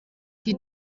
die